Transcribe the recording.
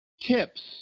tips